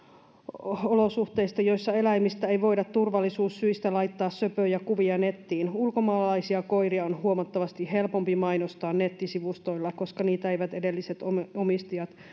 olosuhteista joissa eläimistä ei voida turvallisuussyistä laittaa söpöjä kuvia nettiin ulkomaalaisia koiria on huomattavasti helpompi mainostaa nettisivustoilla koska niitä eivät edelliset omistajat